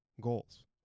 goals